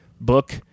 book